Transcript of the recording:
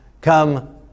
come